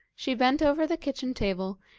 she bent over the kitchen table,